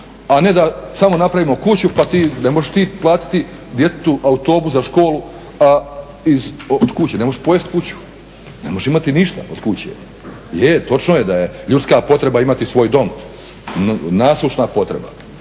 a ne da samo napravimo kuću pa ti, ne možeš ti platiti djetetu autobus za školu od kuće, ne možeš pojesti kuću, ne možeš imati ništa od kuće. Je, točno je da je ljudska potreba imati svoj dom, nasušna potreba.